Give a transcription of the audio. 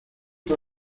fue